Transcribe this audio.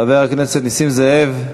חבר הכנסת נסים זאב.